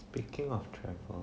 speaking of travel